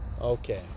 Okay